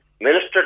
Minister